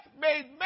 made